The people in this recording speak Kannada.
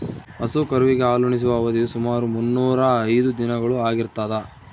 ಹಸು ಕರುವಿಗೆ ಹಾಲುಣಿಸುವ ಅವಧಿಯು ಸುಮಾರು ಮುನ್ನೂರಾ ಐದು ದಿನಗಳು ಆಗಿರ್ತದ